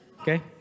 Okay